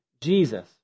Jesus